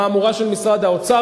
המהמורה של משרד האוצר,